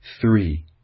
Three